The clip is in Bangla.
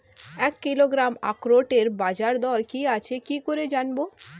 এক কিলোগ্রাম আখরোটের বাজারদর কি আছে কি করে জানবো?